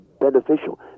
beneficial